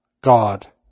God